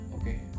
okay